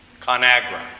ConAgra